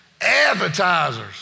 Advertisers